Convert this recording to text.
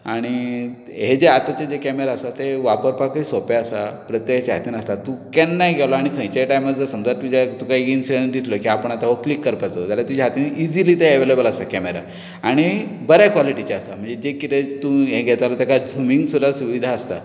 आनी हे जे आतांचे जे कॅमेरा आसात ते वापरपाकूय सोंपे आसा प्रत्येकाच्या हातीन आसात तूं केन्नाय गेलो आनी खंयच्याय टायमार जर समजा तुजे तुका एक इन्सिडन्स दिसलो की आपूण आतां हो क्लीक करपाचो जाल्यार तुज्या हातीन इझिली तें अवेलेबल आसता कॅमेरा आनी बरें कॉलेटीचे आसा म्हणजे जें कितें तूं हें घेता पय तेका झुमींग सुद्दां सुविधा आसता